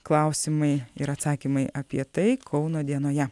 klausimai ir atsakymai apie tai kauno dienoje